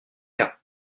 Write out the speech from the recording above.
cas